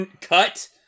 cut